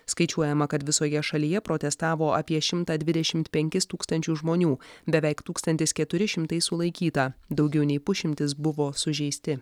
skaičiuojama kad visoje šalyje protestavo apie šimtą dvidešimt penkis tūksančius žmonių beveik tūkstantis keturi šimtai sulaikyta daugiau nei pusšimtis buvo sužeisti